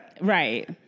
Right